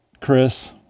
Chris